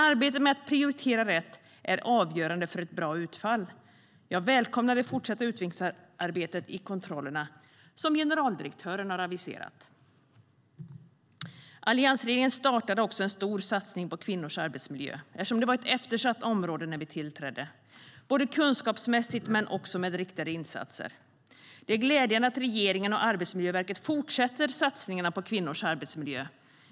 Arbetet med att prioritera rätt är avgörande för ett bra utfall. Jag välkomnar det fortsatta utvecklingsarbete av kontrollerna som generaldirektören har aviserat. Alliansregeringen startade också en stor satsning på kvinnors arbetsmiljö, kunskapsmässigt men också med riktade insatser, eftersom det var ett eftersatt område när vi tillträdde. Det är glädjande att regeringen och Arbetsmiljöverket fortsätter satsningarna på kvinnors arbetsmiljö.